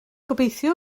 gobeithio